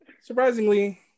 surprisingly